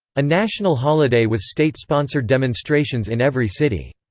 a national holiday with state sponsored demonstrations in every city.